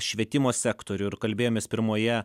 švietimo sektorių ir kalbėjomės pirmoje